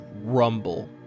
rumble